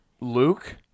Luke